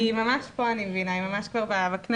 אני מבינה שהיא ממש פה, היא כבר נכנסה לכנסת.